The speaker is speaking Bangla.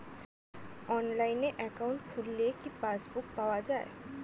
অনলাইনে একাউন্ট খুললে কি পাসবুক পাওয়া যায়?